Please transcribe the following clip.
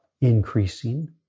increasing